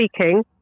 speaking